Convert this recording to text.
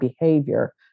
behavior